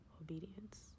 obedience